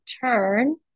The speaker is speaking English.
turn